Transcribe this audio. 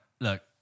look